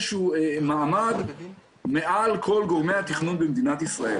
שהוא מעמד מעל כל גורמי התכנון במדינת ישראל'.